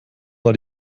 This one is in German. war